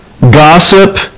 gossip